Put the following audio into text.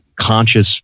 conscious